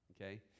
Okay